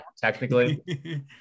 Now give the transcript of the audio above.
technically